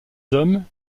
hommes